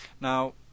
now